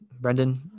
brendan